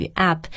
app